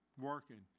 Working